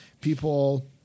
people